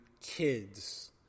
kids